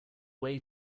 way